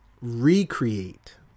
recreate